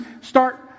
start